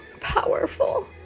powerful